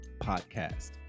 Podcast